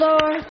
Lord